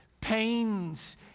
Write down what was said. pains